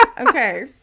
Okay